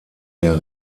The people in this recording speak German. der